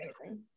amazing